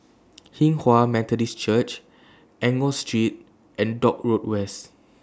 Hinghwa Methodist Church Enggor Street and Dock Road West